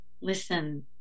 listen